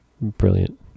Brilliant